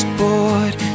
bored